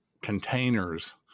containers